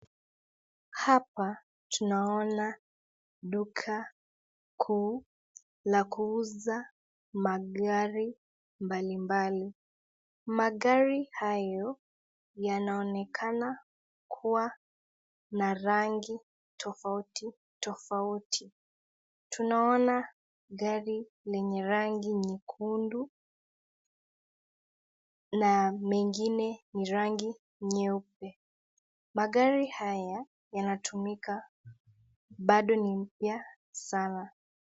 Hapa tunaona duka kuu la kuuza magari mbalimbali magari hayo yanaonekana kuwa na rangi tofauti tofauti. Tunaona gari lenye rangi nyekundu na mengine rangi nyeupe magari haya yanatumika bado ni mpya sana.